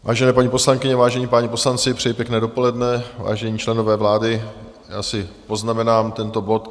Vážené paní poslankyně, vážení páni poslanci, přeji pěkné dopoledne, vážení členové vlády, já si poznamenám tento bod.